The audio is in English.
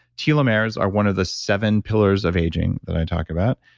telomeres are one of the seven pillars of aging that i talk about.